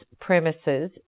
premises